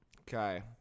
Okay